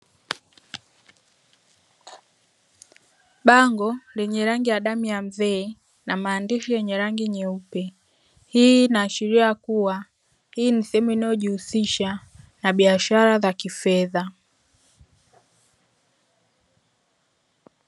Bango lenye rangi ya damu ya mzee na maandishi yenye rangi nyeupe, hii inaashiria kuwa hii ni sehemu inayojihusisha na biashara za kifedha.